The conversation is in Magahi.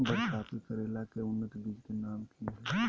बरसाती करेला के उन्नत बिज के नाम की हैय?